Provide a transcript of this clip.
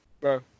bro